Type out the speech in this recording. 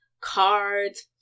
cards